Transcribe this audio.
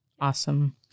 Awesome